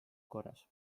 korras